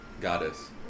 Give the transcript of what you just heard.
Goddess